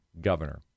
governor